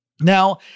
Now